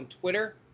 Twitter